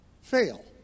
fail